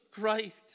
Christ